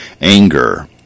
Anger